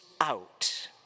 out